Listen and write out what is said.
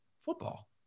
football